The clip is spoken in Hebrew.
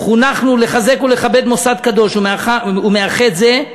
"חונכנו לחזק ולכבד מוסד קדוש ומאחד זה.